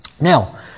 Now